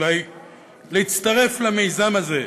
אולי להצטרף למיזם הזה: